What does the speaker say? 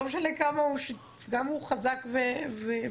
לא משנה כמה הוא חזק וגיבור,